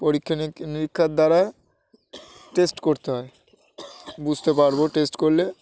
পরীক্ষা নিক্ষা নিরীক্ষার দ্বারা টেস্ট করতে হয় বুঝতে পারবো টেস্ট করলে